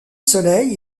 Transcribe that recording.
soleil